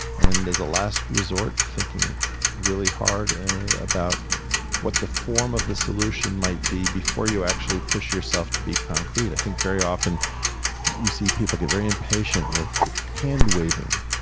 and as a last resort, thinking really hard about what the form of the solution might be before you actually push yourself to be concrete. i think very often you see people get very impatient with hand waving.